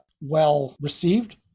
well-received